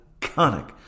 iconic